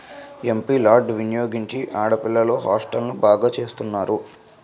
MP lads వినియోగించి ఆడపిల్లల హాస్టల్ను బాగు చేస్తున్నారు